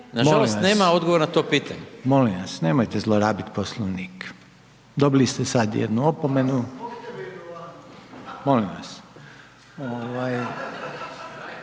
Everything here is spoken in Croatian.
**Reiner, Željko (HDZ)** Molim vas, molim vas nemojte zlorabit Poslovnik. Dobili ste sad jednu opomenu, molim vas.